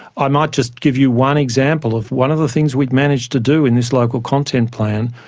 i might just give you one example of one of the things we managed to do in this local content plan.